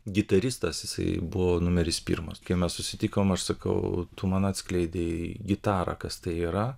gitaristas jisai buvo numeris pirmas kai mes susitikom aš sakau tu man atskleidei gitarą kas tai yra